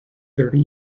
thirty